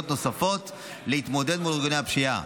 נוספות להתמודד מול ארגוני הפשיעה.